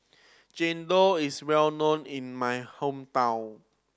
chendol is well known in my hometown